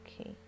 okay